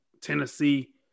Tennessee